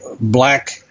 black